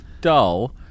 dull